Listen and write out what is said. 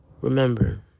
Remember